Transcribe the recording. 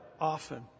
often